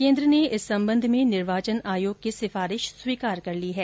केन्द्र ने इस संबंध में निर्वाचन आयोग की सिफारिश स्वीकार कर ली है